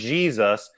Jesus